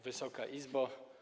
Wysoka Izbo!